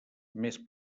més